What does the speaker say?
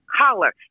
collar